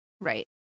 Right